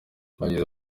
yagize